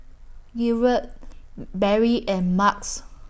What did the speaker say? Gilbert Berry and Marques